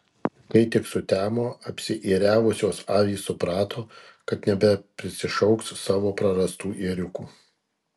kai tik sutemo apsiėriavusios avys suprato kad nebeprisišauks savo prarastų ėriukų